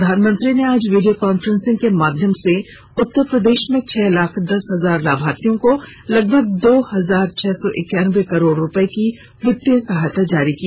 प्रधानमंत्री ने आज वीडियो कॉन्फ्रेंस के माध्यम से उत्तर प्रदेश में छह लाख दस हजार लाभार्थियों को लगभग दो हजार छह सौ इक्यानबे करोड़ रुपये की वित्तीय सहायता जारी की